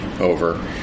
over